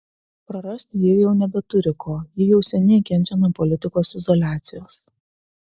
prarasti ji jau nebeturi ko ji jau seniai kenčia nuo politikos izoliacijos